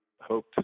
hope